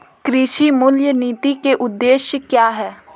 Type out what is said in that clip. कृषि मूल्य नीति के उद्देश्य क्या है?